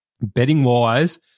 betting-wise